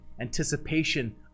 anticipation